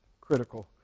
critical